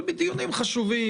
אבל בדיונים חשובים,